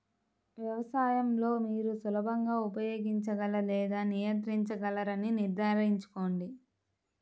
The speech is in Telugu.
వ్యవసాయం లో మీరు సులభంగా ఉపయోగించగల లేదా నియంత్రించగలరని నిర్ధారించుకోండి